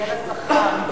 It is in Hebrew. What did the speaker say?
שתהיה לשכר,